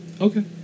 okay